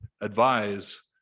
advise